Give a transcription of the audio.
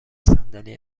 صندلی